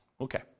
Okay